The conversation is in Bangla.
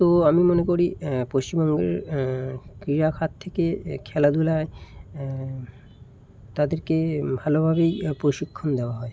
তো আমি মনে করি পশ্চিমবঙ্গের ক্রীড়াখাত থেকে খেলাধূলায় তাদেরকে ভালোভাবেই প্রশিক্ষণ দেওয়া হয়